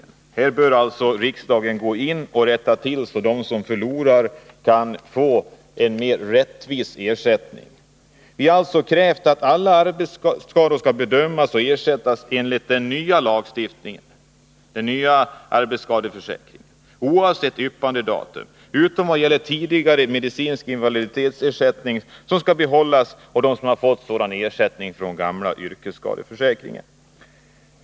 Riksdagen bör alltså gå in och rätta till så att de som förlorar kan få en rättvis ersättning. Vi har krävt att alla arbetsskador skall bedömas och ersättas enligt den nya arbetsskadeförsäkringen, oavsett ”yppandedatum”, utom när det gäller ersättning vid medicinsk invaliditet — de som har fått sådan ersättning från den gamla yrkesskadeförsäkringen skall behålla den.